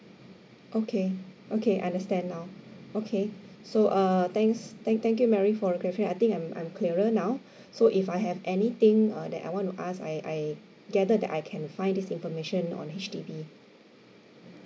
okay okay understand now okay so err thanks thank thank you mary for the clarifi~ I think I'm I'm clearer now so if I have anything uh that I want to ask I I gather that I can find this information on H_D_B